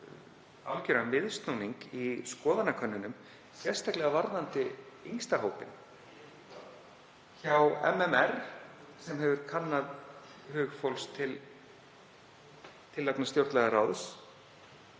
algjöran viðsnúning í skoðanakönnunum, sérstaklega varðandi yngsta hópinn. Hjá MMR sem hefur kannað hug fólks til tillagna stjórnlagaráðs,